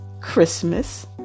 christmas